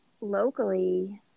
locally